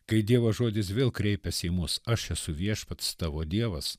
kai dievo žodis vėl kreipiasi į mus aš esu viešpats tavo dievas